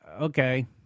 Okay